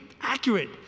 accurate